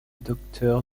docteur